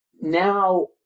now